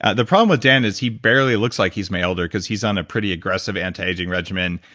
ah the problem with dan is he barely looks like he's my elder, because he's on a pretty aggressive antiaging regimen,